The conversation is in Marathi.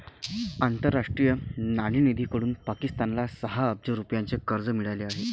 आंतरराष्ट्रीय नाणेनिधीकडून पाकिस्तानला सहा अब्ज रुपयांचे कर्ज मिळाले आहे